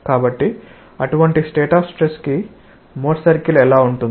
కాబట్టి అటువంటి state of stress కి మోర్ సర్కిల్ ఎలా ఉంటుంది